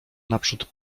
naprzód